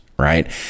Right